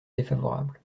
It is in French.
défavorable